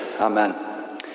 Amen